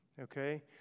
okay